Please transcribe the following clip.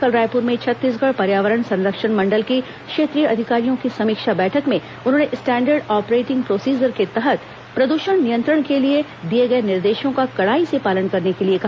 कल रायपुर में छत्तीसगढ़ पर्यावरण संरक्षण मंडल की क्षेत्रीय अधिकारियों की समीक्षा बैठक में उन्होंने स्टैण्डर्ड ऑपरेटिंग प्रोसीजर के तहत प्रद्षण नियंत्रण के लिए दिए गए निर्देशों का कड़ाई से पालन करने के लिए कहा